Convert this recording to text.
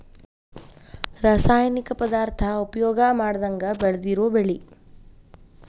ರಾಸಾಯನಿಕ ಪದಾರ್ಥಾ ಉಪಯೋಗಾ ಮಾಡದಂಗ ಬೆಳದಿರು ಬೆಳಿ